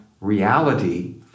reality